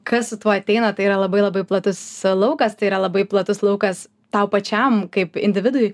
kas su tuo ateina tai yra labai labai platus laukas tai yra labai platus laukas tau pačiam kaip individui